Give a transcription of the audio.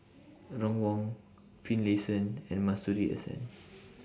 Ron Wong Finlayson and Masuri S N